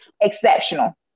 exceptional